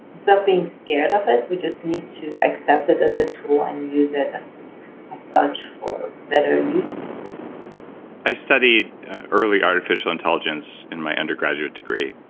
so being scared of it, we just need to accept it as a tool and use it as ah such for better uses i studied early artificial intelligence in my undergraduate degree,